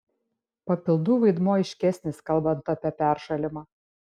papildų vaidmuo aiškesnis kalbant apie peršalimą